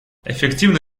эффективно